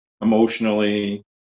emotionally